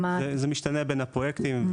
זה משתנה בין הפרויקטים,